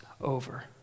over